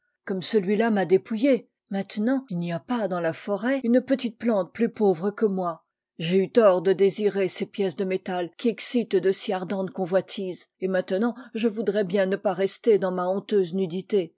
comme celui-là m'a dépouillé maintenant il n'y a pas dans la forêt une petite plante plus pauvre que moi j'ai eu tort de désirer ces pièces de métal qui excitent de si ardentes convoitises et maintenant je voudrais bien ne pas rester dans ma honteuse nudité